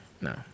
no